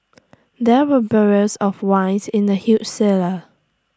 there were barrels of wines in the huge cellar